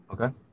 Okay